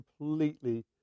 completely